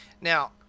Now